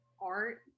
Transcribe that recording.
art